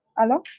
hello?